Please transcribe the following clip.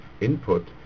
input